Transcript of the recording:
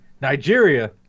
Nigeria